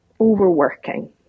overworking